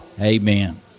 Amen